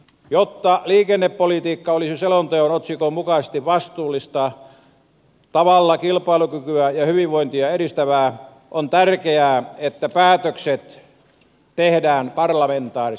jotta liikennepolitiikka olisi selonteon otsikon mukaisesti vastuullisella tavalla kilpailukykyä ja hyvinvointia edistävää on tärkeää että päätökset tehdään parlamentaarisesti